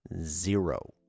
zero